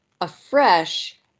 afresh